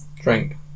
Drink